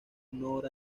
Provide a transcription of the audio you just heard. honor